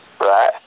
Right